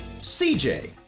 CJ